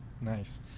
Nice